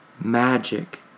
magic